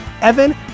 evan